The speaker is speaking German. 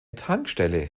tankstelle